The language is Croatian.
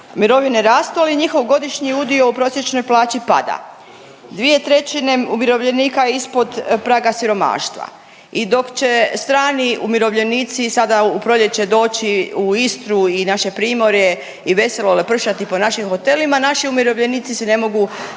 mirovine rastu, ali njihov godišnji udio u prosječnoj plaći pada. Dvije trećine umirovljenika je ispod praga siromaštva i dok će strani umirovljenici sada u proljeće doći u Istru i naše Primorje i veselo lepršati po našim hotelima, naši umirovljenici si ne mogu